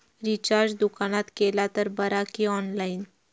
Recharge दुकानात केला तर बरा की ऑनलाइन?